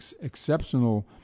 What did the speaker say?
exceptional